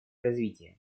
развития